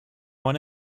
one